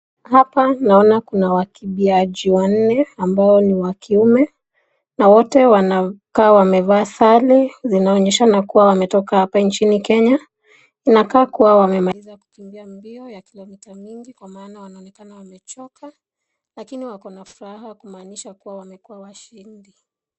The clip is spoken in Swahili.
Hapa naona kuna wakimbiaji wanne ambao ni wa kiume. Wote wanakaa wamevaa sare zinaonyeshana kuwa wametoka hapa nchini Kenya. Inakaa kuwa wameweza kukimbia mbio ya kilomita mingi kwa maana yanaonekana wamechoka lakini wako na furaha kumaanisha kuwa wamekuwa washindi.